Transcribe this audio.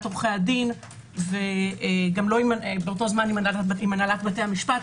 עורכי הדין ובאותו זמן גם עם הנהלת בתי המשפט,